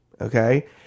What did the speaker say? Okay